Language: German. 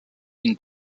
ihn